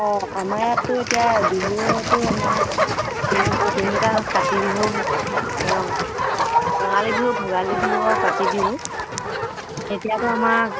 অঁ আমাৰ ইয়াততো এতিয়া বিহুতো আমাৰ তিনিটা কাতি বিহু ৰঙালী বিহু ভোগালী বিহু আৰু কাতি বিহু এতিয়াতো আমাৰ